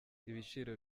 ibiciro